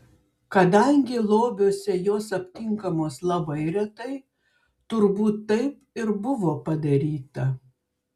kadangi lobiuose jos aptinkamos labai retai turbūt taip ir buvo padaryta